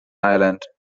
island